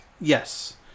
Yes